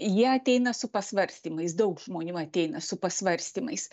jie ateina su pasvarstymais daug žmonių ateina su pasvarstymais